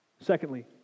Secondly